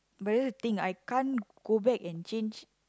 but you need to think I can't go back and change